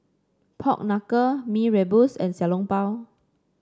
Pork Knuckle Mee Rebus and Xiao Long Bao